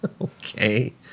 Okay